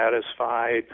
satisfied